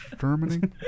Germany